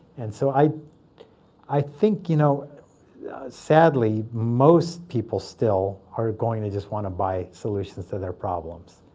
and so i i think, you know sadly, most people still are going to just want to buy solutions to their problems.